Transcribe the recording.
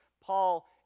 Paul